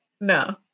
No